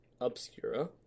Obscura